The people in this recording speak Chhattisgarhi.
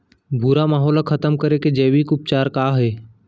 भूरा माहो ला खतम करे के जैविक उपचार का हे?